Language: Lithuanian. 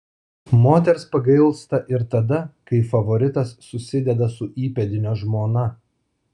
moters pagailsta ir tada kai favoritas susideda su įpėdinio žmona